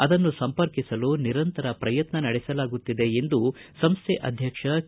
ಅದನ್ನು ಸಂಪರ್ಕಿಸಲು ನಿರಂತರ ಪ್ರಯತ್ನ ನಡೆಸಲಾಗುತ್ತಿದೆ ಎಂದು ಸಂಸ್ಕೆ ಅದಕ್ಷ ಕೆ